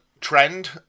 trend